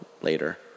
later